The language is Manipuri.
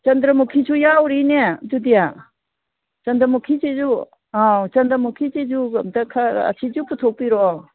ꯆꯟꯗ꯭ꯔꯃꯨꯛꯈꯤꯁꯨ ꯌꯥꯎꯔꯤꯅꯦ ꯑꯗꯨꯗꯤ ꯆꯟꯗ꯭ꯔꯃꯨꯛꯈꯤꯁꯤꯁꯨ ꯑꯧ ꯆꯟꯗ꯭ꯔꯃꯨꯛꯈꯤꯁꯤꯁꯨ ꯑꯝꯇ ꯈꯔ ꯑꯁꯤꯁꯨ ꯄꯨꯊꯣꯛꯄꯤꯔꯛꯑꯣ